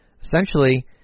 essentially